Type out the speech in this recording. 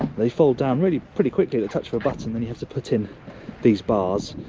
they fold down really pretty quickly, the touch of a button, then you have to put in these bars,